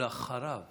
בבקשה, ואחריו